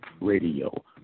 radio